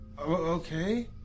okay